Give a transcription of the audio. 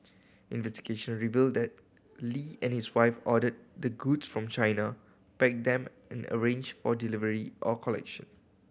investigation revealed that Lee and his wife ordered the goods from China packed them and arranged for delivery or collection